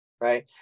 Right